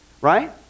Right